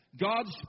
God's